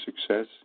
success